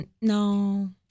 No